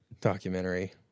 documentary